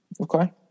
Okay